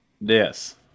Yes